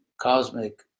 cosmic